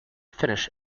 finnish